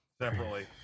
separately